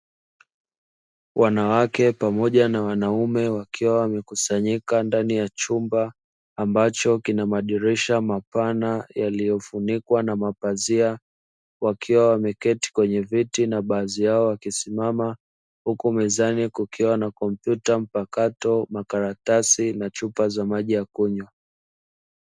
Wanawake pamoja na wanaume wakiwa wamekusanyika ndani ya chumba ambacho kina madirisha mapana yaliyofunikwa na mapazia, wakiwa wameketi kwenye viti na baadhi yao wakisimama huko mezani kukiwa na kompyuta mpakato makaratasi na chupa za maji ya kunywa.